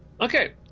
Okay